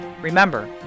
Remember